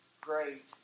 great